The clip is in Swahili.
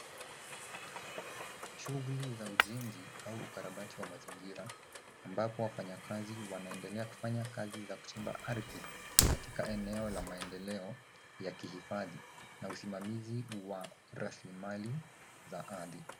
Shughuli za ujenzi au ukarabati wa mazingira ambapo wafanyakazi wanaendelea kufanya kazi za kuchimba ardhi katika eneo la maendeleo ya kihifadhi na usimamizi wa rasilimali za ardhi.